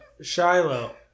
Shiloh